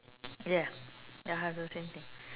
ya ya I have the same thing